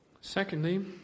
Secondly